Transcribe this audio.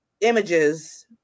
images